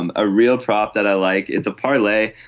um a real prop that i like. it's a parlay.